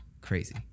Crazy